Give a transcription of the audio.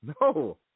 No